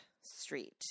Street